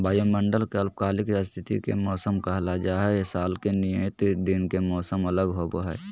वायुमंडल के अल्पकालिक स्थिति के मौसम कहल जा हई, साल के नियत दिन के मौसम अलग होव हई